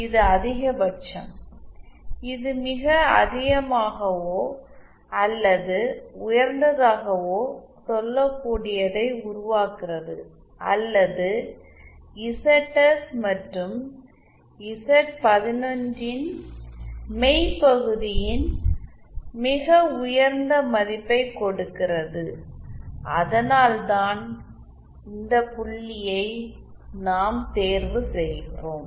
இது அதிகபட்சம் இது மிக அதிகமாகவோ அல்லது உயர்ந்ததாகவோ சொல்லக்கூடியதை உருவாக்குகிறது அல்லது இசட்எஸ் மற்றும் இசட்11 ன் மெய் பகுதியின் மிக உயர்ந்த மதிப்பைக் கொடுக்கிறது அதனால்தான் இந்த புள்ளியை நாம் தேர்வு செய்கிறோம்